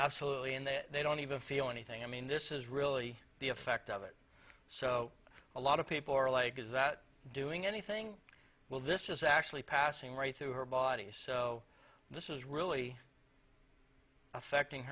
absolutely and they they don't even feel anything i mean this is really the effect of it so a lot of people are like is that doing anything well this is actually passing right through her body so this is really affecting